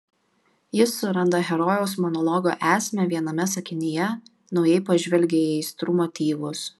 jis suranda herojaus monologo esmę viename sakinyje naujai pažvelgia į aistrų motyvus